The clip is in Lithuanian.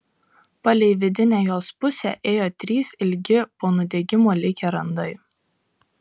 palei vidinę jos pusę ėjo trys ilgi po nudegimo likę randai